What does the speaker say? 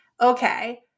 okay